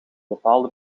bepaalde